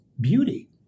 beauty